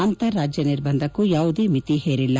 ಅಂತಾರಾಜ್ಯ ನಿರ್ಬಂಧಕ್ಕೂ ಯಾವುದೇ ಮಿತಿ ಹೇರಿಲ್ಲ